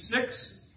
six